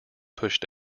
pushed